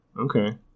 Okay